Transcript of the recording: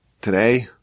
today